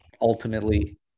ultimately